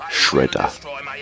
Shredder